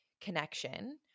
connection